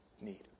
need